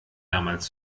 damals